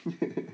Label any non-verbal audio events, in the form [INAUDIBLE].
[LAUGHS]